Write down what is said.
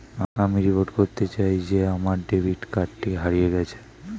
আমি রিপোর্ট করতে চাই যে আমার ডেবিট কার্ডটি হারিয়ে গেছে